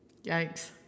Yikes